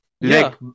leg